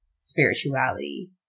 spirituality